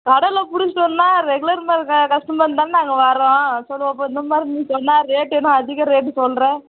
கடலில் பிடிச்சிட்டு வர்னா ரெகுலர் ம க கஸ்டமர் தான் நாங்கள் வரோம் சொல் பார்ப்போம் இந்த மாதிரி நீ சொன்னால் ரேட் என்ன அதிக ரேட்டு சொல்கிற